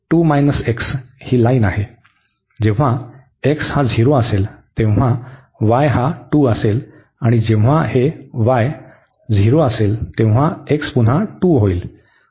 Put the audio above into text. जेव्हा x हा 0 असेल तेव्हा y हा 2 असेल आणि जेव्हा हे y हा 0 असेल तेव्हा x पुन्हा 2 होईल